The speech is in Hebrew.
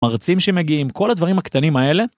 מרצים שמגיעים, כל הדברים הקטנים האלה...